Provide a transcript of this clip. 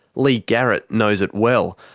leigh garrett knows it well.